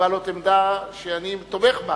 עמדות שאני תומך בהן,